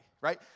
right